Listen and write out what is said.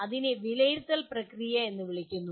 അതിനെ വിലയിരുത്തൽ പ്രക്രിയ എന്ന് വിളിക്കുന്നു